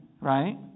right